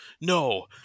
no